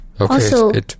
Okay